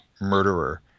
murderer